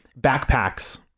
backpacks